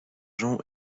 jean